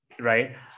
right